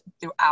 throughout